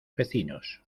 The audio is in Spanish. vecinos